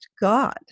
God